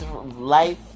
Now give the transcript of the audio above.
life